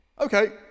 Okay